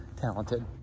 talented